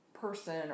person